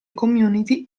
community